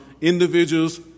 individuals